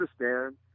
understand